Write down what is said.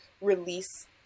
release